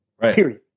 period